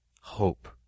hope